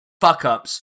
fuck-ups